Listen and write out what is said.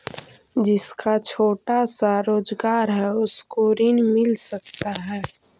जिसका छोटा सा रोजगार है उसको ऋण मिल सकता है?